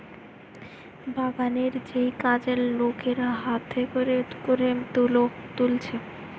বাগানের যেই কাজের লোকেরা হাতে কোরে কোরে তুলো তুলছে